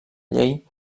llei